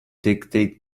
dictate